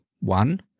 One